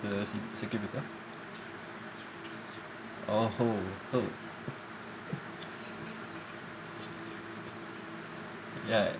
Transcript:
the c~ circuit breaker !oho! [ho] ya